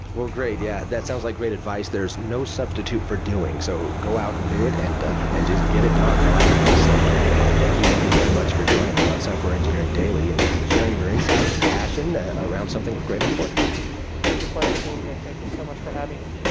great. yeah that sounds like great advice. there's no substitute for doing, so go out and do it, and and just get it done. i like that. so ah thank you, andy, very much for joining me on software engineering daily and sharing your insight and passion around something great importance it was a pleasure being here. thank you so much for having me